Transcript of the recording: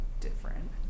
different